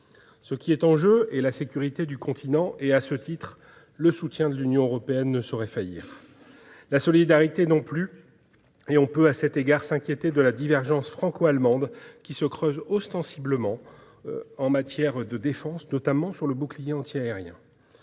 Ce qui est en jeu, c'est la sécurité du continent. À ce titre, le soutien de l'Union européenne ne saurait faillir. La solidarité non plus, et l'on peut à cet égard s'inquiéter de la divergence franco-allemande qui se creuse ostensiblement en matière de défense, notamment en ce qui concerne le bouclier antiaérien.